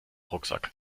rucksack